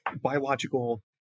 biological